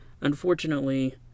unfortunately